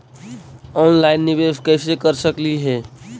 Online निबेस कैसे कर सकली हे?